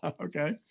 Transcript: Okay